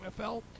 NFL